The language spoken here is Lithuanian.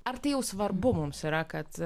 ar tai jau svarbu mums yra kad